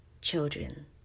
children